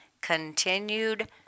Continued